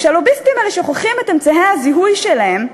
כשהלוביסטים האלה שוכחים את אמצעי הזיהוי שלהם,